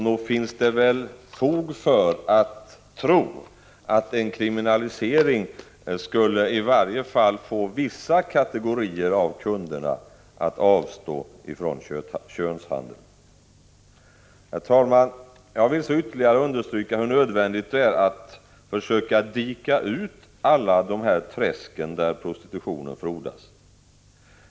Nog finns det fog för att tro att en kriminalisering skulle få i varje fall vissa kategorier av kunder att avstå från könshandeln. Herr talman! Jag vill vidare understryka hur nödvändigt det är att försöka dika ut alla de träsk där prostitutionen frodas.